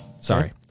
Sorry